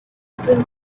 between